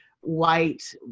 white